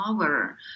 power